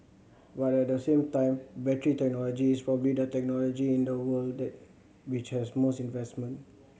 but at the same time battery technology is probably the technology in the world which has most investment